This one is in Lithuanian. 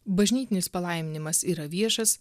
bažnytinis palaiminimas yra viešas